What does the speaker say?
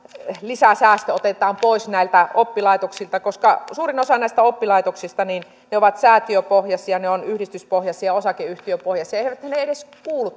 lisäsäästö otetaan pois näiltä oppilaitoksilta koska suurin osa näistä oppilaitoksista on säätiöpohjaisia ja ne ovat yhdistyspohjaisia ja osakeyhtiöpohjaisia ja eiväthän ne edes kuulu